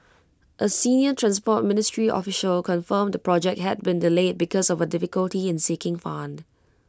A senior transport ministry official confirmed the project had been delayed because of A difficulty in seeking fund